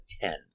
ten